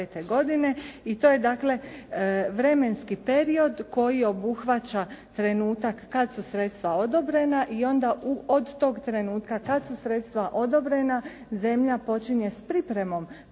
i to je dakle vremenski period koji obuhvaća trenutak kada su sredstva odobrena i onda od toga trenutka kada su sredstva odobrena, zemlja počinje s pripremom projektne